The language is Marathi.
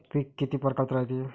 पिकं किती परकारचे रायते?